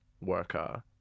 worker